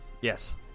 Yes